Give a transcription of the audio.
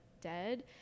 dead